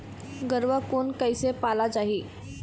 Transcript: गरवा कोन कइसे पाला जाही?